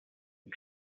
mit